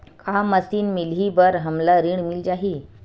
का मशीन मिलही बर हमला ऋण मिल जाही?